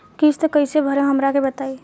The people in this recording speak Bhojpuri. किस्त कइसे भरेम हमरा के बताई?